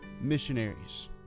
missionaries